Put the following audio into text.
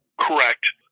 Correct